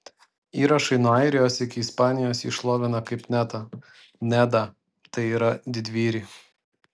įrašai nuo airijos iki ispanijos jį šlovina kaip netą nedą tai yra didvyrį